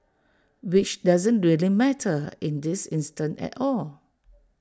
which doesn't really matter in this instance at all